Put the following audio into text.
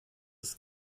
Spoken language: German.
ist